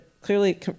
clearly